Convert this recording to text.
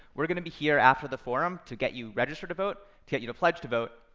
we're gonna be here after the forum to get you registered to vote, to get you to pledge to vote,